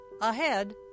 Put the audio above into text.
Ahead